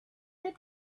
the